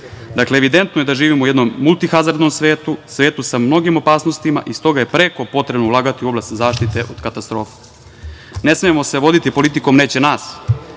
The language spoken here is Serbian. evidentno je da živimo u jednom multi hazardnom svetu, svetu sa mnogim opasnostima i stoga je preko potrebno ulagati u oblast zaštite od katastrofa. Ne smemo se voditi politikom – neće nas,